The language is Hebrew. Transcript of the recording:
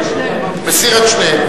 אתה אומר הכשרת כוח-אדם ושירותים?